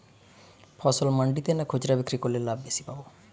ফসল মন্ডিতে না খুচরা বিক্রি করলে লাভ বেশি পাব?